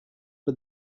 but